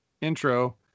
intro